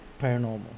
Paranormal